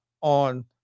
on